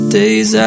days